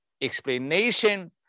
explanation